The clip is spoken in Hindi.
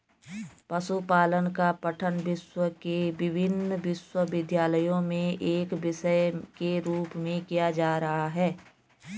पशुपालन का पठन विश्व के विभिन्न विश्वविद्यालयों में एक विषय के रूप में किया जा रहा है